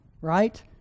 right